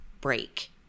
break